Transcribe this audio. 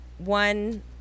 One